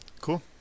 Cool